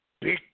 big